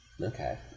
Okay